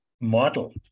model